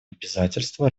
обязательство